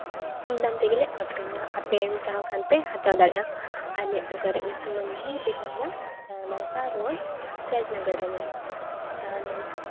ᱠᱚᱢ ᱫᱟᱢ ᱛᱮᱜᱮᱞᱮ ᱟᱹᱠᱷᱨᱤᱧᱟ ᱟᱯᱮ ᱪᱟᱦᱟᱣ ᱠᱷᱟᱱ ᱯᱮ ᱦᱟᱛᱟᱣ ᱫᱟᱲᱮᱭᱟᱜᱼᱟ ᱟᱞᱮᱭᱟᱜ ᱫᱚᱠᱟᱱ ᱨᱮᱭᱟᱜ ᱧᱩᱛᱩᱢ ᱢᱟᱹᱧ ᱞᱟᱹᱭ ᱟᱯᱮ ᱠᱟᱱ ᱜᱮᱭᱟ ᱪᱟᱹᱭᱵᱟᱥᱟ ᱨᱳᱰ ᱨᱟᱡᱽᱱᱚᱜᱚᱨ ᱨᱮ ᱢᱮᱱᱟᱜᱼᱟ ᱡᱟᱦᱟᱸ